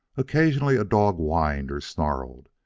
occasionally a dog whined or snarled,